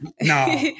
No